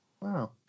wow